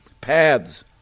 paths